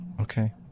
Okay